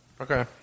Okay